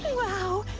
wow,